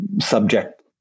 subject